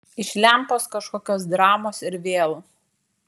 iš lempos kažkokios dramos ir vėl